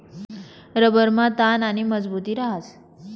रबरमा ताण आणि मजबुती रहास